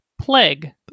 plague